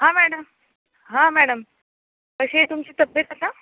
हां मॅडम हां मॅडम कशी आहे तुमची तब्येत आता